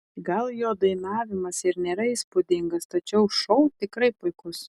gal jo dainavimas ir nėra įspūdingas tačiau šou tikrai puikus